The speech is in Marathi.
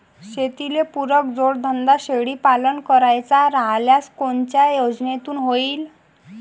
शेतीले पुरक जोडधंदा शेळीपालन करायचा राह्यल्यास कोनच्या योजनेतून होईन?